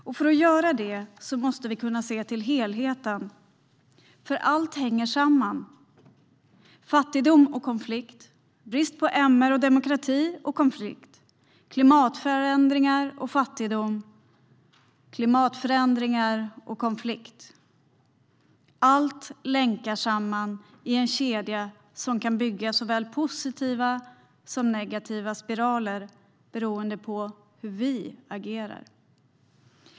För att kunna göra det måste vi se till helheten eftersom allt hänger samman: fattigdom och konflikt, brist på MR och demokrati och konflikt, klimatförändringar och fattigdom, klimatförändringar och konflikt. Allt länkar samman i en kedja som kan bygga såväl positiva som negativa spiraler beroende på hur vi agerar.